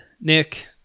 Nick